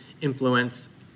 influence